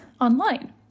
online